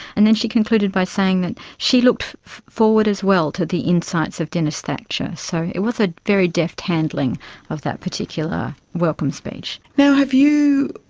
and then she concluded by saying that she looked forward as well to the insights of denis thatcher. so it was a very deft handling of that particular welcome speech. have you,